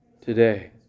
today